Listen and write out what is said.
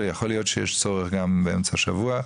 ויכול להיות שיש צורך גם באמצע שבוע,